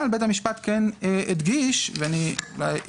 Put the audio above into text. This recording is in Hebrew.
אבל בית המשפט כן הדגיש, ואצטט: